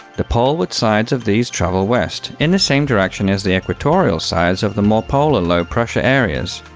the poleward sides of these travel west, in the same direction as the equatorial sides of the more polar low pressure areas,